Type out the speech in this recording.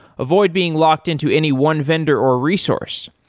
avoid being locked into any one vendor or resource.